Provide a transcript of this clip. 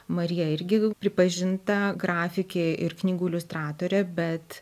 marija irgi pripažinta grafikė ir knygų iliustratorė bet